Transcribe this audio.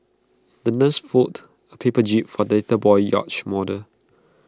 the nurse folded A paper jib for that little boy's yacht model